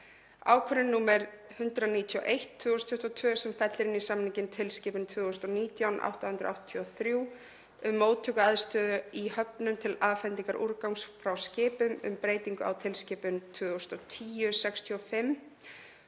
Ákvörðun nr. 191/2022 sem fellir inn í samninginn tilskipun 2019/883 um móttökuaðstöðu í höfnum til afhendingar úrgangs frá skipum, um breytingu á tilskipun 2010/65/ESB